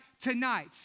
tonight